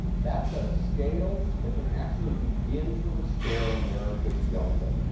that's at a scale that can actually begin to restore america's delta.